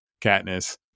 Katniss